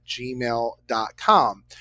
gmail.com